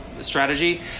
strategy